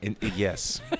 Yes